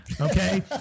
okay